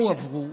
הם לא הועברו,